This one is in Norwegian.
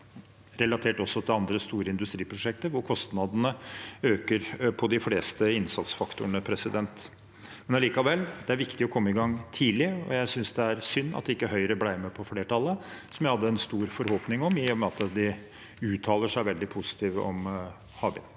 relatert til andre store industriprosjekter, hvor kostnadene knyttet til de fleste innsatsfaktorene øker. Likevel: Det er viktig å komme i gang tidlig, og jeg synes det er synd at ikke Høyre ble med i flertallet, noe jeg hadde en stor forhåpning om, i og med at de uttaler seg veldig positivt om havvind.